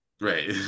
Right